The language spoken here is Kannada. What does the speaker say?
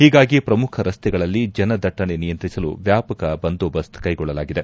ಹೀಗಾಗಿ ಪ್ರಮುಖ ರಸ್ತೆಗಳಲ್ಲಿ ಜನದಟ್ಟಣೆ ನಿಯಂತ್ರಿಸಲು ವ್ಯಾಪಕ ಬಂದೋಬಸ್ತ್ ಕ್ಷೆಗೊಳ್ಳಲಾಗಿದೆ